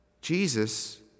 Jesus